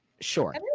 Sure